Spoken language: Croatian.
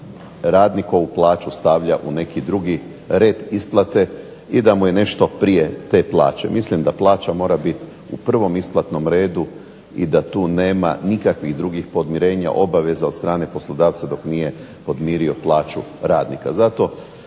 radnikovu plaću stavlja u neki drugi red isplate i da mu je nešto prije te plaće. Mislim da plaća mora bit u prvom isplatnom redu i da tu nema nikakvih drugih podmirenja obaveza od strane poslodavca dok nije podmirio plaću radnika.